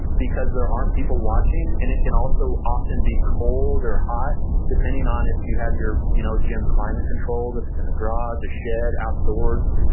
because there aren't people watching and it can also often be cold or hot depending on if you have your you know gym climate control, if it's in a garage, a shed, outdoors,